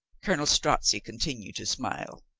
colonel strozzi continued to smile.